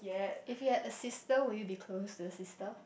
if you had a sister would you be close to the sister